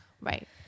right